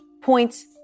points